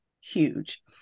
huge